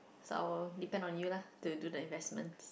start our depend on you lah to do the investments